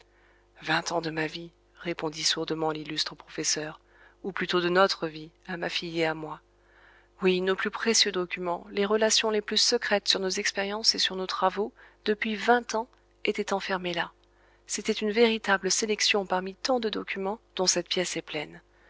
vingt ans de ma vie répondit sourdement l'illustre professeur ou plutôt de notre vie à ma fille et à moi oui nos plus précieux documents les relations les plus secrètes sur nos expériences et sur nos travaux depuis vingt ans étaient enfermés là c'était une véritable sélection parmi tant de documents dont cette pièce est pleine